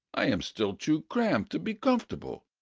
i am still too cramped to be comfortable.